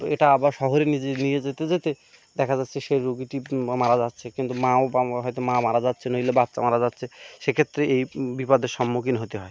এটা আবার শহরে নিজে নিয়ে যেতে যেতে দেখা যাচ্ছে সে রোগীটি মা মারা যাচ্ছে কিন্তু মা ও হয়তো মা মারা যাচ্ছে নইলে বাচ্চা মারা যাচ্ছে সেক্ষেত্রে এই বিপদের সম্মুখীন হতে হয়